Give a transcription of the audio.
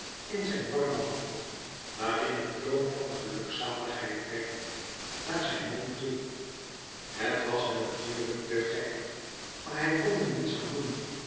in zijn warme hand waarin het loom van gelukzaligheid werd naar zijn mond toe het was natuurlijk te gek maar hij kon er niets aan doen